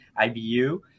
IBU